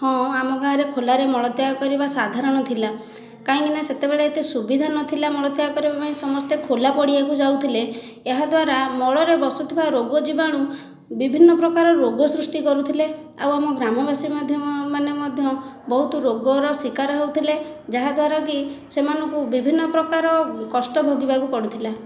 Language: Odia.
ହଁ ଆମ ଗାଁରେ ଖୋଲାରେ ମଳତ୍ୟାଗ କରିବା ସାଧାରଣ ଥିଲା କାହିଁକିନା ସେତେବେଳେ ଏତେ ସୁବିଧା ନଥିଲା ମଳତ୍ୟାଗ କରିବା ପାଇଁ ସମସ୍ତେ ଖୋଲା ପଡ଼ିଆକୁ ଯାଉଥିଲେ ଏହାଦ୍ୱାରା ମଳରେ ବସୁଥିବା ରୋଗ ଜୀବାଣୁ ବିଭିନ୍ନ ପ୍ରକାର ରୋଗ ସୃଷ୍ଟି କରୁଥିଲେ ଆଉ ଆମ ଗ୍ରାମବାସୀ ମଧ୍ୟ ମାନେ ମଧ୍ୟ ବହୁତ ରୋଗର ଶିକାର ହେଉଥିଲେ ଯାହାଦ୍ଵାରାକି ସେମାନଙ୍କୁ ବିଭିନ୍ନ ପ୍ରକାର କଷ୍ଟ ଭୋଗିବାକୁ ପଡୁଥିଲା